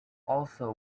also